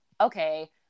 okay